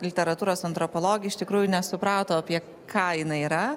literatūros antropologė iš tikrųjų nesuprato apie ką jinai yra